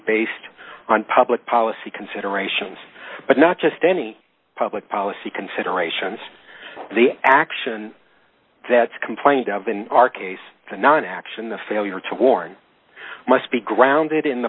based on public policy considerations but not just any public policy considerations the action that's complained of in our case and non action the failure to warn must be grounded in the